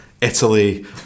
Italy